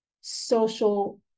social